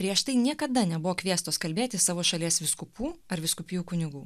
prieš tai niekada nebuvo kviestos kalbėti savo šalies vyskupų ar vyskupijų kunigų